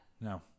No